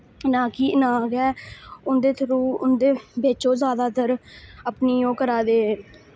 ना कि ना गै उं'दे थरु उं'दे बिच ओह् जैदातर अपनी ओह् करा दे